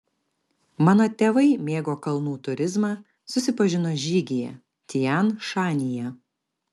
mano tėvai mėgo kalnų turizmą susipažino žygyje tian šanyje